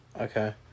Okay